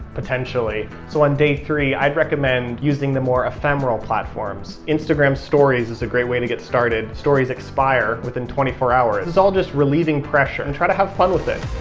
potentially. so on day three, i'd recommend using the more ephemeral platforms. instagram stories is a great way to get started, stories expire within twenty four hours. this is all just relieving pressure, and try to have fun with it.